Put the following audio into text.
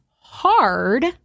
hard